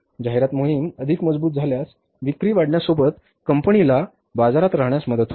जाहिरात मोहीम अधिक मजबूत झाल्यास विक्री वाढण्यासोबत कंपनीला बाजारात राहण्यास मदत होते